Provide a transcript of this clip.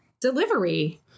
Delivery